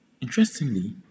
Interestingly